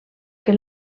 que